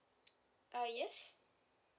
uh yes